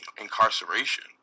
incarceration